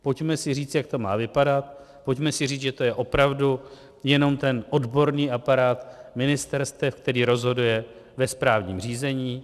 Pojďme si říct, jak to má vypadat, pojďme si říct, že to je opravdu jenom ten odborný aparát ministerstev, který rozhoduje ve správním řízení.